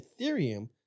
Ethereum